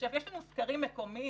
יש לנו סקרים מקומיים,